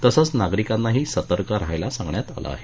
तसेच नागरिकांनाही सतर्क राहण्यास सांगण्यात आलं आहे